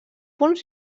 punts